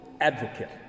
advocate